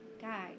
Guys